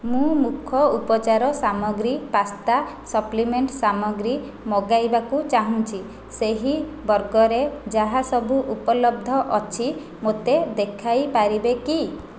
ମୁଁ ମୁଖ ଉପଚାର ସାମଗ୍ରୀ ପାସ୍ତା ସପ୍ଲିମେଣ୍ଟ୍ ସାମଗ୍ରୀ ମଗାଇବାକୁ ଚାହୁଁଛି ସେହି ବର୍ଗରେ ଯାହା ସବୁ ଉପଲବ୍ଧ ଅଛି ମୋତେ ଦେଖାଇପାରିବେ କି